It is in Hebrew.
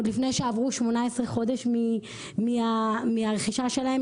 עוד לפני שעברו 18 חודש מהרכישה שלהם,